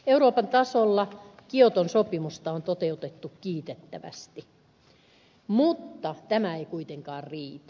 euroopan tasolla kioton sopimusta on toteutettu kiitettävästi mutta tämä ei kuitenkaan riitä